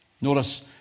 Notice